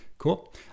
cool